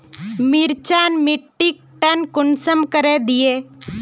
मिर्चान मिट्टीक टन कुंसम दिए?